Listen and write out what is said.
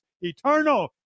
eternal